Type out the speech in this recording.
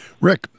Rick